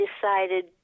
decided